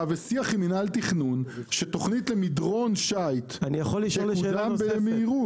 ושיח עם מינהל תכנון שתכנית למדרון שיט תקודם במהירות.